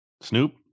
Snoop